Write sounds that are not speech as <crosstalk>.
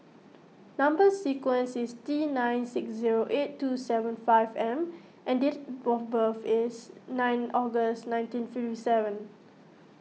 Number Sequence is T nine six zero eight two seven five M and date <unintelligible> of birth is nine August nineteen fifty seven